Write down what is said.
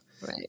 Right